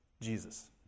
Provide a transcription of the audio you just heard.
Jesus